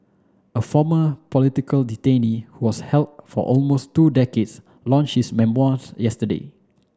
a former political detainee who was held for almost two decades launch his memoirs yesterday